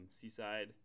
Seaside